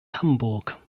hamburg